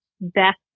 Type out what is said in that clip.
best